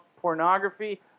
pornography